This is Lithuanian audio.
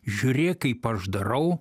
žiūrėk kaip aš darau